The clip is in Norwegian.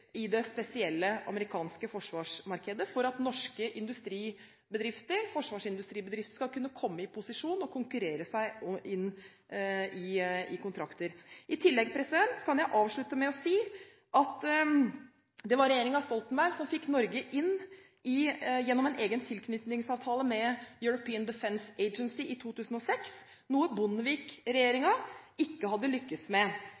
i det spesielle, amerikanske forsvarsmarkedet for at norske forsvarsindustribedrifter skal kunne komme i posisjon og konkurrere seg inn i kontrakter. I tillegg kan jeg avslutte med å si at det var regjeringen Stoltenberg som fikk Norge inn i European Defence Agency gjennom en egen tilknytningsavtale i 2006, noe Bondevik-regjeringen ikke hadde lykkes med,